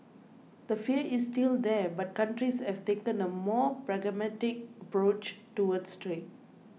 the fear is still there but countries have taken a more pragmatic approach towards trade